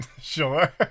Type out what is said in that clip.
Sure